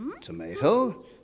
tomato